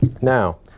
Now